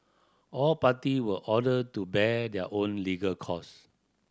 all party were ordered to bear their own legal cost